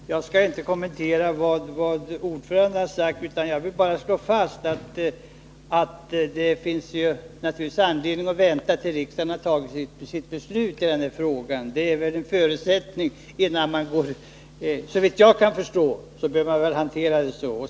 Fru talman! Jag skall inte kommentera vad NCB:s styrelseordförande har sagt, utan bara slå fast att det naturligtvis finns anledning att vänta till dess riksdagen har fattat sitt beslut i detta ärende. Såvitt jag kan förstå bör man hantera frågan så.